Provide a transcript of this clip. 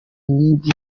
inkingi